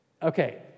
Okay